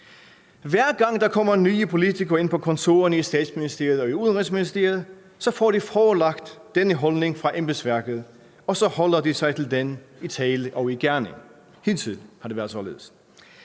Hver gang der kommer nye politikere ind på kontorerne i Statsministeriet og Udenrigsministeriet, får de forelagt denne holdning fra embedsværket, og så holder de sig til den i tale og i gerning. Hidtil har det været således.